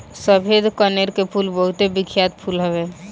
सफ़ेद कनेर के फूल बहुते बिख्यात फूल हवे